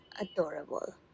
adorable